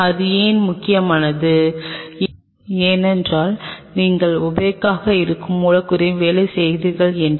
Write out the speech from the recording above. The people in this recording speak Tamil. அது ஏன் முக்கியமானது ஏனென்றால் நீங்கள் ஒபக்காக இருக்கும் மூலக்கூறில் வேலை செய்கிறீர்கள் என்றால்